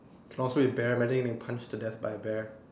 oh so you paramedic then you punched to death by a bear